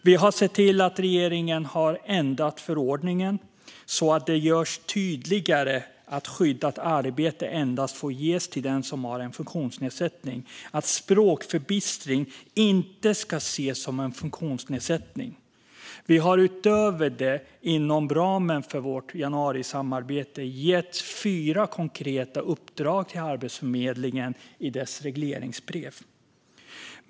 Vi har sett till att regeringen har ändrat förordningen så att det görs tydligare att skyddat arbete endast får ges till den som har en funktionsnedsättning. Språkförbistring ska inte ses som en funktionsnedsättning. Vi har utöver det inom ramen för vårt januarisamarbete gett fyra konkreta uppdrag i regleringsbrevet till Arbetsförmedlingen.